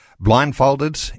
Blindfolded